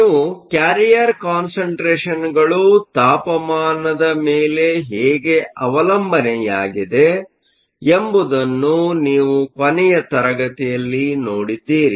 ನೀವು ಕ್ಯಾರಿಯರ್ ಕಾನ್ಸಂಟ್ರೇಷನ್ಗಳು ತಾಪಮಾನ ಮೇಲೆ ಹೇಗೆ ಅವಲಂಬನೆಯಾಗಿದೆ ಎಂಬುದನ್ನು ನೀವು ಕೊನೆಯ ತರಗತಿಯಲ್ಲಿ ನೋಡಿದ್ದಿರಿ